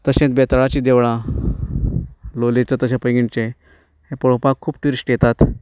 तशेंच बेताळाचीं देवळां लोलयेचें तशेंच पैंगीणचें हें पळोवपाक खूब ट्युरिस्ट येतात